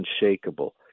unshakable